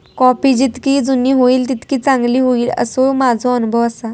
coffee जितकी जुनी होईत तितकी चांगली होईत, असो माझो अनुभव आसा